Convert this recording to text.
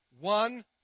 one